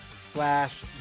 slash